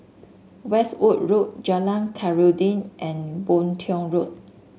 Westwood Road Jalan Khairuddin and Boon Tiong Road